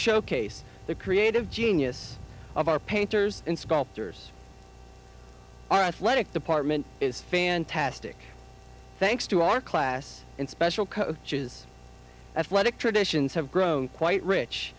showcase the creative genius of our painters and sculptors our athletic department is fantastic thanks to our class and special coaches athletic traditions have grown quite rich